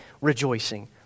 rejoicing